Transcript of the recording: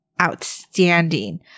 outstanding